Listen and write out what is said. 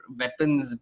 weapons